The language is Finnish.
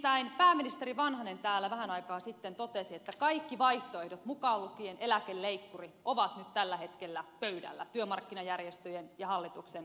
nimittäin pääministeri vanhanen täällä vähän aikaa sitten totesi että kaikki vaihtoehdot mukaan lukien eläkeleikkuri ovat nyt tällä hetkellä pöydällä työmarkkinajärjestöjen ja hallituksen työryhmissä